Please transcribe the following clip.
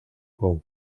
con